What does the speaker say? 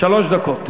שלוש דקות.